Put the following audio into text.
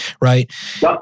right